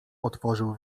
otworzył